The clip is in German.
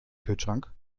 kühlschrank